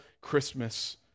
Christmas